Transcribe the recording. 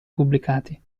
pubblicati